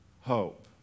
hope